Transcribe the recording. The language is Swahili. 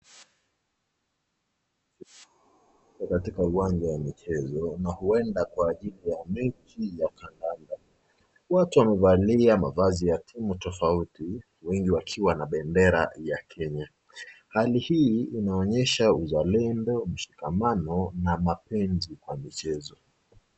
Katika uwanja wa michezo na huenda kwa ajili ya mechi ya kandanda. Watu wamevalia mavazi ya timu tofauti. Wengi wakiwa na bendera ya Kenya. Hali hii inaonyesha uzalendo, mshikamano na mapenzi kwa michezo.